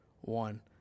one